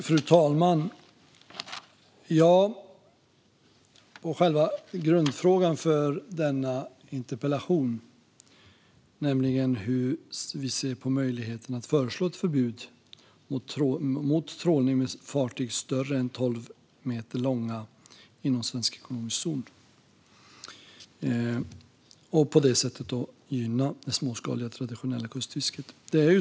Fru talman! Själva grundfrågan för denna interpellation är hur vi ser på möjligheten att föreslå ett förbud mot trålning med fartyg längre än tolv meter inom svensk ekonomisk zon och på det sättet gynna det småskaliga traditionella kustfisket.